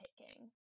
taking